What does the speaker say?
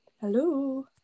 Hello